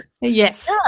Yes